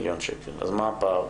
אז מה הפער?